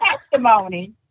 testimony